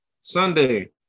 Sunday